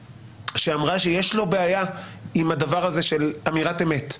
שאמרה שיש לו בעיה עם הדבר הזה של אמירת אמת.